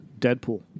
Deadpool